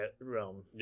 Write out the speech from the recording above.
realm